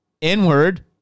Inward